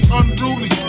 unruly